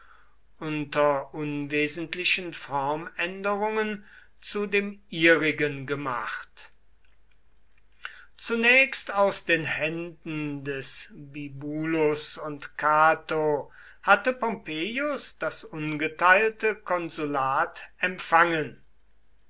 unter unwesentlichen formänderungen zu dem ihrigen gemacht zunächst aus den händen des bibulus und cato hatte pompeius das ungeteilte konsulat empfangen